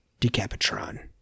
Decapitron